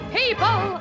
people